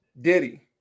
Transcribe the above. Diddy